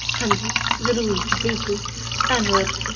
ਹਾਂਜੀ ਜ਼ਰੂਰ ਜੀ ਬਿਲਕੁਲ ਧੰਨਵਾਦ ਜੀ